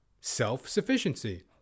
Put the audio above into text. self-sufficiency